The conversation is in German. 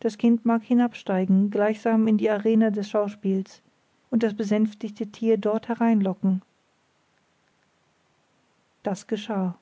das kind mag hinabsteigen gleichsam in die arena des schauspiels und das besänftigte tier dort hereinlocken das geschah